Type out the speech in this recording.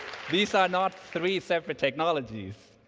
these are not three separate technologies,